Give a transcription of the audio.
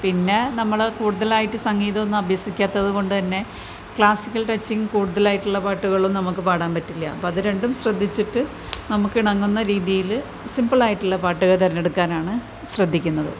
പിന്നെ നമ്മൾ കൂടുതലായിട്ട് സംഗീതോന്നും അഭ്യസിക്കാത്തതു കൊണ്ട് തന്നെ ക്ലാസിക്കൽ ടച്ചിങ് കൂടുതലായിട്ടുള്ള പാട്ടുകളും നമുക്ക് പാടാൻ പറ്റില്ല അപ്പോൾ അത് രണ്ടും ശ്രദ്ധിച്ചിട്ട് നമുക്ക് ഇണങ്ങുന്ന രീതിയിൽ സിമ്പിൾ ആയിട്ടുള്ള പാട്ടുകൾ തിരഞ്ഞെടുക്കാനാണ് ശ്രദ്ധിക്കുന്നത്